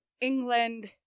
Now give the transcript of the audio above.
England